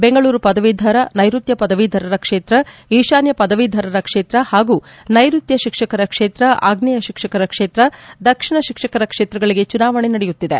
ಬೆಂಗಳೂರು ಪದವೀಧರ ನೈರುತ್ಯ ಪದವೀಧರರ ಕ್ಷೇತ್ರ ಈಶಾನ್ಯ ಪದವೀಧರರ ಕ್ಷೇತ್ರ ಹಾಗೂ ನೈರುತ್ಯ ಶಿಕ್ಷಕರ ಕ್ಷೇತ್ರ ಆಗ್ನೇಯ ಶಿಕ್ಷಕರ ಕ್ಷೇತ್ರ ದಕ್ಷಿಣ ಶಿಕ್ಷಕರ ಕ್ಷೇತ್ರಗಳಿಗೆ ಚುನಾವಣೆ ನಡೆಯುತ್ತಿದೆ